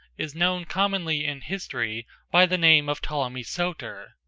is known commonly in history by the name of ptolemy soter.